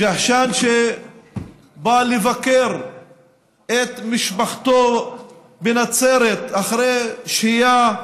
ג'השאן בא לבקר את משפחתו בנצרת אחרי שהייה בחו"ל,